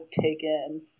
taken